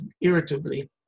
irritably